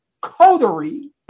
coterie